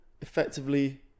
effectively